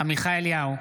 עמיחי אליהו,